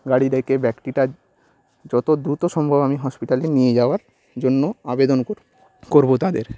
গাড়ি ডেকে ব্যক্তিটার যত দ্রুত সম্ভব আমি হসপিটালে নিয়ে যাওয়ার জন্য আবেদন করব তাদের